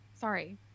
Sorry